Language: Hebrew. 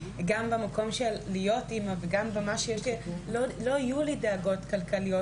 גם במקום של להיות אימא וגם מהמקום שלא יהיו לי דאגות כלכליות,